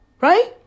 right